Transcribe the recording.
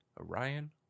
Orion